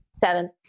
Seven